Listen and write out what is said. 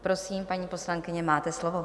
Prosím, paní poslankyně, máte slovo.